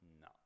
No